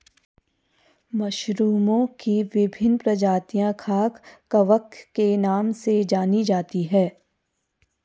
मशरूमओं की विभिन्न प्रजातियां खाद्य कवक के नाम से जानी जाती हैं